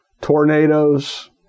tornadoes